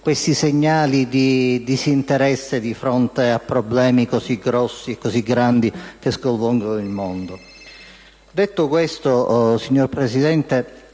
questi segnali di disinteresse nei confronti di problemi così grandi che sconvolgono il mondo. Detto questo, signora Presidente,